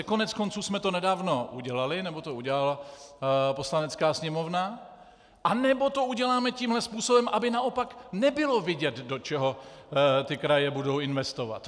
Koneckonců jsme to nedávno udělali, nebo to udělala Poslanecká sněmovna, anebo to uděláme tímhle způsobem, aby naopak nebylo vidět, do čeho kraje budou investovat.